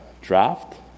draft